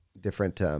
different